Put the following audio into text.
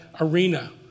arena